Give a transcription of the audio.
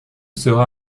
sera